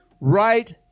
right